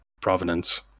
provenance